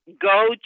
Go